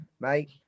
mate